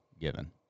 given